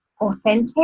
authentic